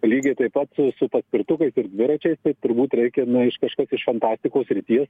lygiai taip pat su paspirtukais ir dviračiais tai turbūt reikia ne iš kažkas iš fantastikos srities